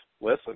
listen